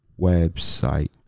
website